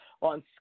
on